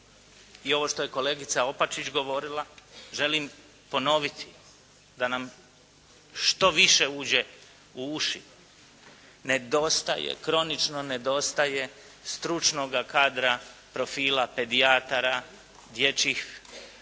I ovo što je kolegica Opačić govorila, želim ponoviti da nam što više uđe u uši, nedostaje, kronično nedostaje stručnoga kadra profila, pedijatara, dječjih